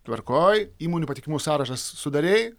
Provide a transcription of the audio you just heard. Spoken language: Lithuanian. tvarkoj įmonių patikimų sąrašas sudarei